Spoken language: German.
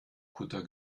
kutter